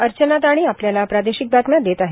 अर्चना दाणी आपल्याला प्रादेशिक बातम्या देत आहे